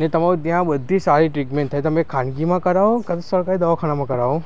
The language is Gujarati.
જે તમારું ત્યાં બધી સારી ટ્રીટમેન્ટ થાય તમે ખાનગીમાં કરાવો કાં તો સરકારી દવાખાનામાં કરાવો